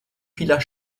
vieler